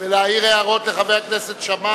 ולהעיר הערות לחבר הכנסת שאמה,